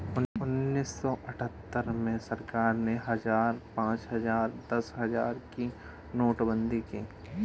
उन्नीस सौ अठहत्तर में सरकार ने हजार, पांच हजार, दस हजार की नोटबंदी की